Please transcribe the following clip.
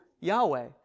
Yahweh